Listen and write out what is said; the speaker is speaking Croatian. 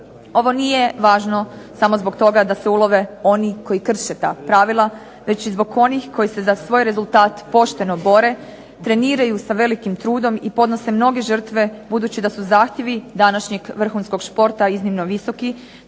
Ovo nije važno samo zbog toga da se ulove oni koji krše ta pravila, već i zbog onih koji se za svoj rezultat pošteno bore, treniraju sa velikim trudom i podnose mnoge žrtve, budući da su zahtjevi današnjeg vrhunskog športa iznimno visoki,